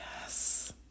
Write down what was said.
Yes